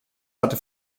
hatte